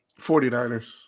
49ers